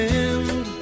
end